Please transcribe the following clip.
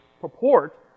purport